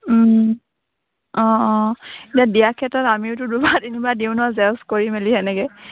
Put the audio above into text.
অঁ অঁ এতিয়া দিয়া ক্ষেত্ৰত আমিওতো দুবাৰ তিনিবাৰ দিওঁ ন জেৰ'ক্স কৰি মেলি এনেকৈ